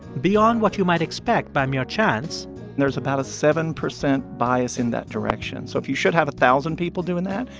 beyond what you might expect by mere chance and there's about a seven percent bias in that direction. so if you should have a thousand people doing that,